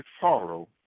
sorrow